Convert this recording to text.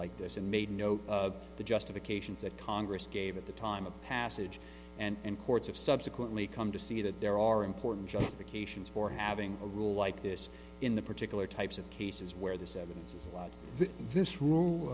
like this and made note of the justifications that congress gave at the time of passage and courts have subsequently come to see that there are important justification for having a rule like this in the particular types of cases where this evidence is allowed that this rule